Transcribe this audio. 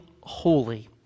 Holy